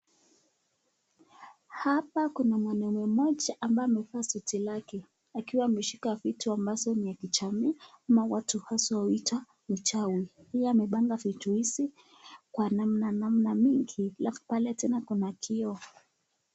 Hapa kuna mwanaume mmoja ambaye amevaa suti lake, akiwa ameshika vitu ambazo ni vya kijani ama watu haswa huita uchawi. Yeye amepanga vitu hizi kwa namna namna mingi. Alafu pale tena kuna kioo.